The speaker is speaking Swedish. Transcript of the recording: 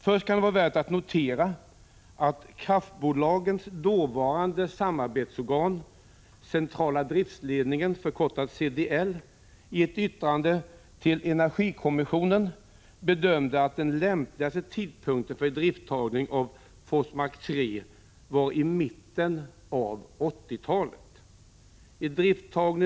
Först kan det vara värt att notera att kraftbolagens dåvarande samarbetsorgan, Centrala driftledningen, CDL, i ett yttrande till energikommissionen bedömde att den lämpligaste tidpunkten för idrifttagning av Forsmark 3 var mitten av 1980-talet.